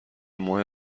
ماه